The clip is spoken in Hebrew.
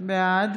בעד